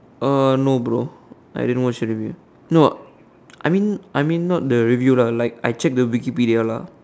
uh no bro I didn't watch the review no I mean I mean not the review lah like I check the Wikipedia lah